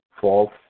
false